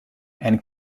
and